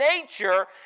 nature